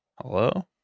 Hello